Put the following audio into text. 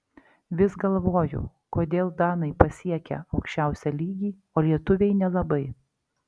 vis galvoju kodėl danai pasiekią aukščiausią lygį o lietuviai nelabai